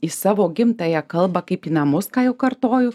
į savo gimtąją kalbą kaip į namus ką jau kartoju